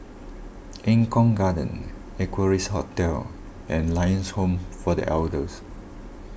Eng Kong Garden Equarius Hotel and Lions Home for the Elders